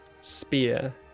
spear